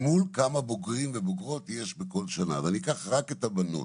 אל מול כמה בוגרים ובוגרות יש בכל שנה ואני אקח רק את הבנות.